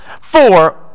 four